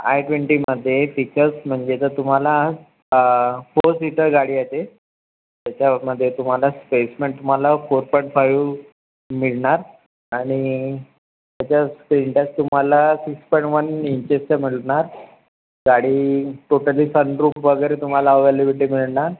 I ट्वेंटीमध्ये features म्हणजे जर तुम्हाला फोर सीटर गाडी असेल त्याच्यामध्ये तुम्हाला स्पेसमेंट तुम्हाला फोर पॉइंट फायू मिळणार आणि त्याच्यात स्क्रीन टच तुम्हाला सिक्स पॉइंट वन इंचेचं मिळणार गाडी टोटली सनरूफ वगैरे तुम्हाला अवेलेबिलिटी मिळणार